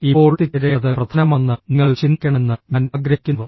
ഇപ്പോൾ എത്തിച്ചേരേണ്ടത് പ്രധാനമാണെന്ന് നിങ്ങൾ ചിന്തിക്കണമെന്ന് ഞാൻ ആഗ്രഹിക്കുന്നു